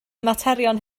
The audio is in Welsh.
materion